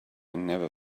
never